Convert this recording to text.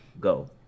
go